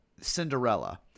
Cinderella